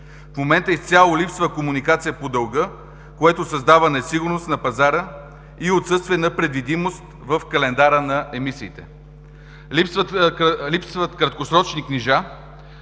В момента изцяло липсва комуникация по дълга, което създава несигурност на пазара и отсъствие на предвидимост в календара на емисиите. Липсват краткосрочни книжа,